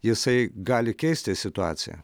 jisai gali keisti situaciją